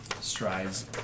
strides